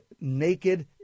naked